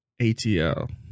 ATL